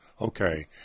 okay